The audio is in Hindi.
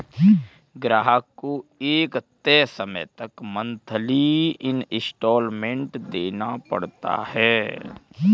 ग्राहक को एक तय समय तक मंथली इंस्टॉल्मेंट देना पड़ता है